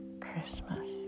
Christmas